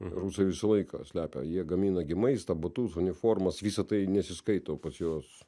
rusai visą laiką slepia jie gamina gi maistą batus uniformas visa tai nesiskaito pas juos